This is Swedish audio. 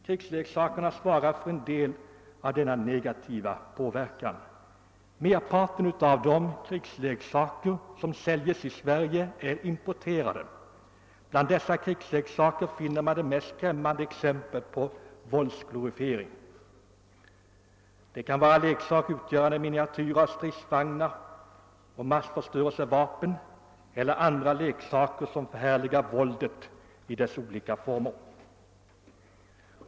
Krigsleksakerna svarar för en del av denna negativa påverkan. Merparten av de krigsleksaker, som säljes i Sverige, är importerade. Bland dessa krigsleksaker finner man de mest skrämmande exempel på våldsglorifiering. Det kan gälla leksaker utgörande miniatyrer av stridsvagnar och massförstörelsevapen eller andra leksaker som förhärligar våldet i dess olika former.